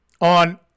on